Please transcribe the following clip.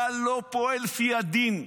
אתה לא פועל לפי הדין.